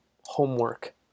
homework